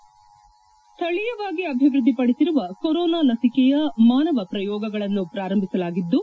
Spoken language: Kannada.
ಹೆಡ್ ಸ್ಥಳೀಯವಾಗಿ ಅಭಿವೃದ್ದಿಪಡಿಸಿರುವ ಕೊರೊನಾ ಲಸಿಕೆಯ ಮಾನವ ಪ್ರಯೋಗಗಳನ್ನು ಪ್ರಾರಂಭಿಸಲಾಗಿದ್ದು